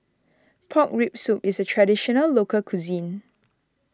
Pork Rib Soup is a Traditional Local Cuisine